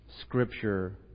Scripture